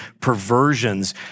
perversions